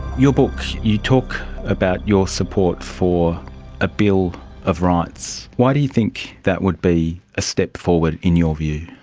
your book, you talk about your support for a bill of rights. why do you think that would be a step forward, in your view?